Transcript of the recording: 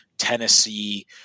Tennessee